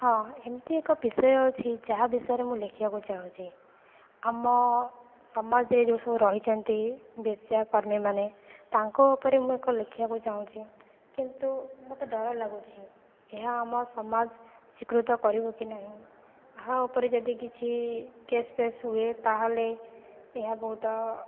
ହଁ ଏମିତି ଏକ ବିଷୟ ଅଛି ଯାହା ବିଷୟରେ ମୁଁ ଲେଖିବାକୁ ଚାହୁଁଛି ଆମ ସମାଜରେ ଯେଉଁ ସବୁ ରହିଛନ୍ତି ବେଶ୍ୟା କର୍ମୀମାନେ ତାଙ୍କ ଉପରେ ମୁଁ ଏକ ଲେଖିବାକୁ ଚାହୁଁଛି କିନ୍ତୁ ମୋତେ ଡର ଲାଗୁଛି ଏହା ଆମ ସମାଜ ସ୍ଵୀକୃତ କରିବ କି ନାହିଁ ଏହା ଉପରେ ଯଦି କିଛି କେସ ଫେସ ହୁଏ ତାହେଲେ ଏହା ବହୁତ